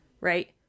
right